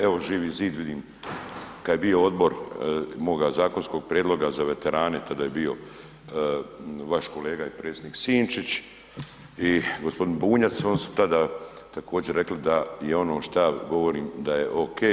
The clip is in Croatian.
Evo Živi zid vidim kada je bio odbor moga zakonskog prijedloga za veterane tada je bio vaš kolega i predsjednik Sinčić i gospodin Bunjac oni su tada također rekli da je ono što ja govorim da je ok.